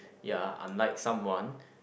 ya unlike someone